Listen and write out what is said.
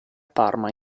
parma